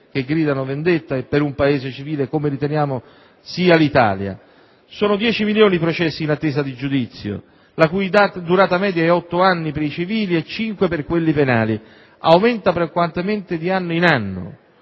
gridano vendetta per un Paese civile come riteniamo sia l'Italia. Sono dieci milioni i processi in attesa di giudizio, la cui durata media è di otto anni per i civili e di cinque per quelli penali, un numero che aumenta di anno in anno.